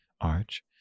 arch